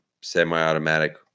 semi-automatic